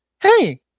hey